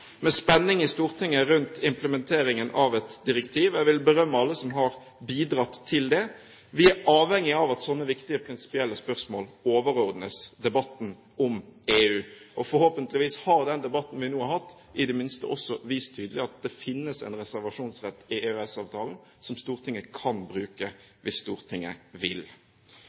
med spenning i Stortinget rundt implementeringen av et direktiv. Jeg vil berømme alle som har bidratt til det. Vi er avhengig av at sånne viktige prinsipielle spørsmål overordnes debatten om EU. Forhåpentligvis har den debatten vi nå har hatt, i det minste også vist tydelig at det finnes en reservasjonsrett i EØS-avtalen som Stortinget kan bruke hvis Stortinget vil.